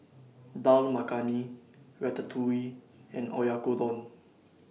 Dal Makhani Ratatouille and Oyakodon